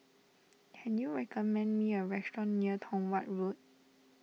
can you recommend me a restaurant near Tong Watt Road